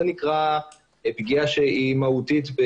זאת נקראת פגיעה מהותית.